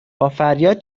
بافریاد